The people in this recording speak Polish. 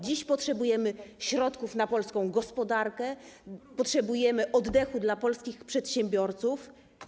Dziś potrzebujemy środków na polską gospodarkę, potrzebujemy oddechu dla polskich przedsiębiorców.